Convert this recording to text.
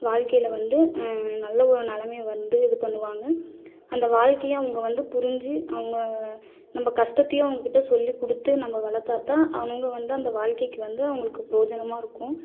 வாழ்க்கையில வந்து நல்ல ஒரு நிலமைய வந்து இது பண்ணுவாங்கள் அந்த வாழ்க்கைய அவங்க வந்து புரிந்து அவங்க நம்ம கஸ்டத்தையும் அவங்கக்கிட்ட சொல்லி கொடுத்து நம்ம வளர்த்தா தான் அவங்க வந்து அந்த வாழ்க்கைக்கு வந்து அவங்களுக்கு ப்ரோஜனமாக இருக்கும்